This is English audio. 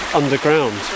underground